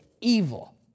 evil